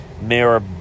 Mayor